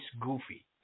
Goofy